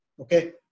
okay